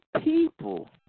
people